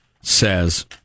says